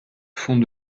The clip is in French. font